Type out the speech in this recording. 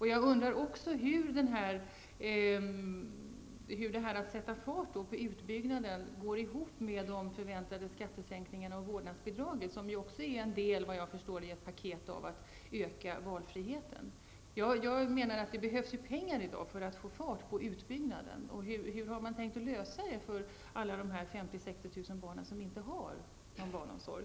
Jag undrar också hur det går ihop att man skall sätta fart på utbyggnaden samtidigt som man förväntas sänka skatterna och hur det går ihop med vårdnadsbidraget, som efter vad jag förstår också är en del av ett paket som syftar till en ökning av valfriheten. Det behövs enligt min uppfattning i dag pengar för att få fart på utbyggnaden av barnomsorgen. Hur har man tänkt lösa problemet för alla de 50 000--60 000 barn som inte har någon barnomsorg?